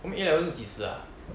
我们 A level 是几时啊